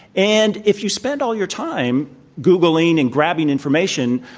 and if you spend all your time googling and grabbing information,